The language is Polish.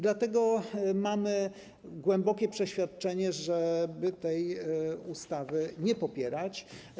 Dlatego mamy głębokie przeświadczenie, żeby tej ustawy nie popierać.